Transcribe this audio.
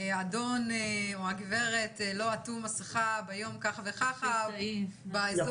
האדון או הגברת לא עטו מסכה ביום כך וכך באזור,